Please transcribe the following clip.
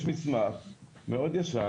יש מסמך מאוד ישן,